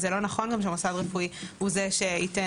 וזה לא נכון גם שמוסד רפואי הוא זה שייתן